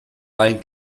ein